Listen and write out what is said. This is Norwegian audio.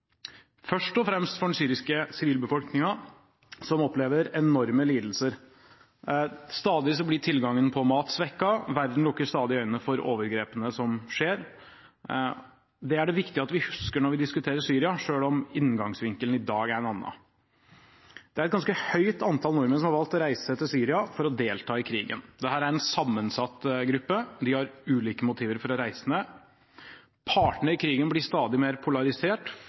først og fremst for den syriske sivilbefolkningen, som opplever enorme lidelser. Stadig blir tilgangen på mat svekket, og verden lukker stadig øynene for overgrepene som skjer. Det er det viktig at vi husker når vi diskuterer Syria, selv om inngangsvinkelen i dag er en annen. Det er et ganske høyt antall nordmenn som har valgt å reise til Syria for å delta i krigen. Dette er en sammensatt gruppe, de har ulike motiver for å reise. Partene i krigen blir stadig mer polarisert,